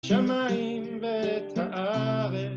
שמים ואת הארץ